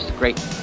great